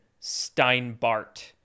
Steinbart